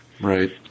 Right